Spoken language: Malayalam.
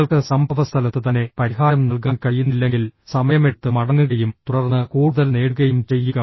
നിങ്ങൾക്ക് സംഭവസ്ഥലത്ത് തന്നെ പരിഹാരം നൽകാൻ കഴിയുന്നില്ലെങ്കിൽ സമയമെടുത്ത് മടങ്ങുകയും തുടർന്ന് കൂടുതൽ നേടുകയും ചെയ്യുക